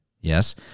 Yes